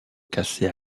cassée